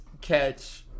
catch